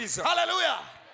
Hallelujah